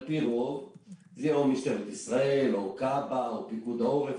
על פי רוב זה יהיה או משטרת ישראל או כב"ה או פיקוד העורף,